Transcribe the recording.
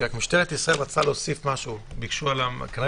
משטרת ישראל רצתה להוסיף, בבקשה.